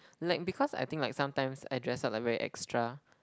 like because I think like sometimes I dress up like very extra